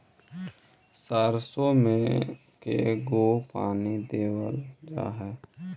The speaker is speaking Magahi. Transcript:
सरसों में के गो पानी देबल जा है?